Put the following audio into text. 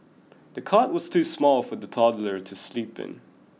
the cot was too small for the toddler to sleep in